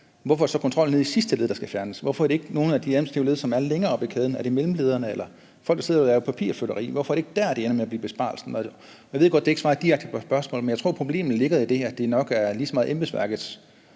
hvorfor det så er kontrollen nede i sidste led, der skal fjernes. Hvorfor er det ikke nogle af de administrative led, som er længere oppe i kæden – det kan være mellemlederne eller folk, der sidder og laver papirflytteri: Hvorfor er det ikke der, man ender med at lave besparelsen? Jeg ved godt, at det ikke svarer direkte på spørgsmålet, men jeg tror, problemet ligger i, at det nok lige så meget er embedsværkets